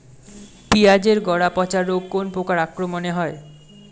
পিঁয়াজ এর গড়া পচা রোগ কোন পোকার আক্রমনে হয়?